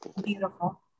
Beautiful